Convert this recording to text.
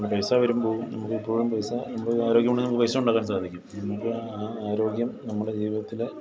പൈസ വരും പോകും നമുക്കെപ്പോഴും പൈസ നമുക്ക് ആരോഗ്യമുണ്ടെങ്കിൽ നമുക്ക് പൈസ ഉണ്ടാക്കാൻ സാധിക്കും നമുക്ക് ആ ആരോഗ്യം നമ്മുടെ ജീവിതത്തിൽ